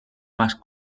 más